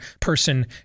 person